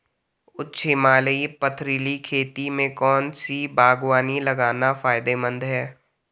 उच्च हिमालयी पथरीली खेती में कौन सी बागवानी लगाना फायदेमंद है?